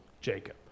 Jacob